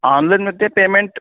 online मध्ये payment